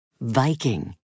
Viking